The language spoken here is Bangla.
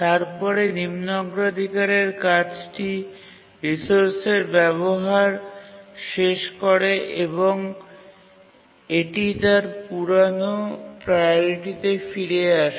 তারপরে নিম্ন অগ্রাধিকারের কাজটি রিসোর্সের ব্যবহার শেষ করে এবং এটি তার পুরানো প্রাওরিটিতে ফিরে আসে